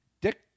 Dick